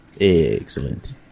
Excellent